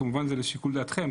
כמובן שזה לשיקול דעתכם,